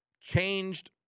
changed –